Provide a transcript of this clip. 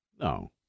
No